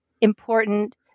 important